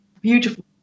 beautiful